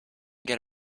get